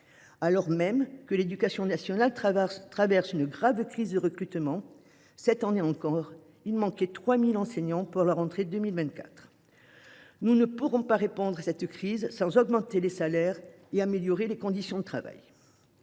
alors même que l’éducation nationale traverse une grave crise de recrutement : cette année encore, il manquait 3 000 enseignants à la rentrée 2024. Nous ne pourrons pas répondre à cette crise sans augmenter les salaires et améliorer les conditions de travail.